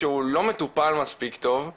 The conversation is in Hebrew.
שהוא לא מטופל מספיק טוב,